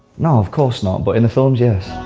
no, of course not, but in the films, yes.